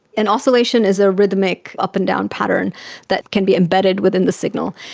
an oscillation is a rhythmic up-and-down pattern that can be embedded within the signal,